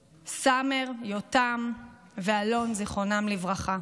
סאמר, יותם ואלון, זיכרונם לברכה.